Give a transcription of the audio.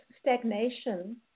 stagnation